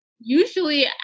usually